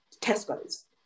Tesco's